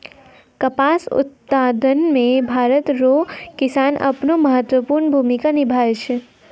कपास उप्तादन मे भरत रो किसान अपनो महत्वपर्ण भूमिका निभाय छै